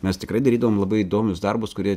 mes tikrai darydavom labai įdomius darbus kurie